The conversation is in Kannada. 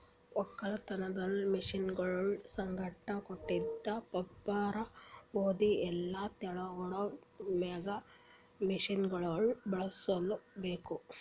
ಒಕ್ಕಲತನದ್ ಮಷೀನಗೊಳ್ ಸಂಗಟ್ ಕೊಟ್ಟಿದ್ ಪೇಪರ್ ಓದಿ ಎಲ್ಲಾ ತಿಳ್ಕೊಂಡ ಮ್ಯಾಗ್ ಮಷೀನಗೊಳ್ ಬಳುಸ್ ಬೇಕು